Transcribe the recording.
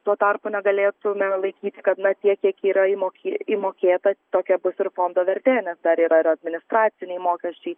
tuo tarpu negalėtume laikyti kad na tiek kiek yra įmokė įmokėta tokia bus ir fondo vertė nes dar yra ir administraciniai mokesčiai